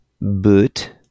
Boot